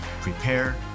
prepare